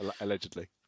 allegedly